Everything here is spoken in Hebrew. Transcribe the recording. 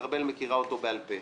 ארבל מכירה אותו בעל-פה.